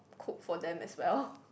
cooked for them as well